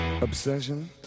obsession